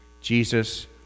Jesus